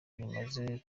rimaze